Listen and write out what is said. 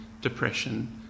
depression